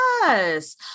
yes